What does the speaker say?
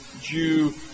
Jew